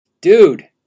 dude